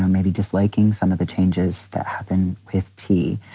maybe disliking some of the changes that happen with tea